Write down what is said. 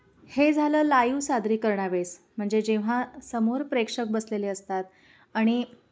हे झालं लाईव सादरीकरण वेळेस म्हणजे जेव्हा समोर प्रेक्षक बसलेले असतात आणि